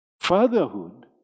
Fatherhood